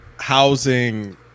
housing